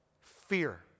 fear